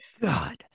God